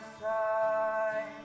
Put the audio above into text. side